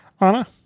Anna